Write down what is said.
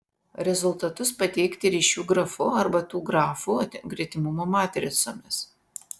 rezultatus pateikti ryšių grafu arba tų grafų gretimumo matricomis